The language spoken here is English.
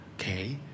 Okay